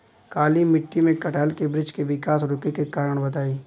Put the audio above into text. काली मिट्टी में कटहल के बृच्छ के विकास रुके के कारण बताई?